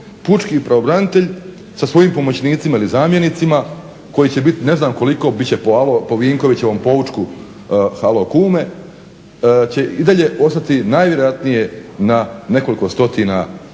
pučki pravobranitelj sa svojim pomoćnicima ili zamjenicima koji će biti ne znam koliko bit će po Vinkovićevom poučku halo kume će i dalje ostati najvjerojatnije na nekoliko stotina prijava,